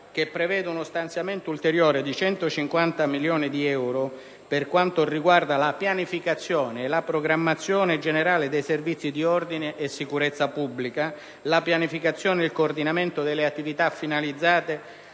che prevede un ulteriore stanziamento di 150 milioni di euro per la pianificazione e la programmazione generale dei servizi di ordine e sicurezza pubblica, per la pianificazione e il coordinamento delle attività finalizzate